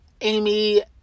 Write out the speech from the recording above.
Amy